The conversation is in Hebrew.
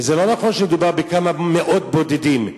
וזה לא נכון שמדובר בכמה מאות בודדות.